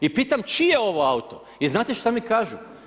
I pitam čiji je ovo auto, i znate šta mi kažu?